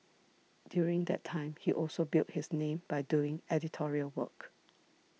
during that time he also built his name by doing editorial work